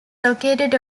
located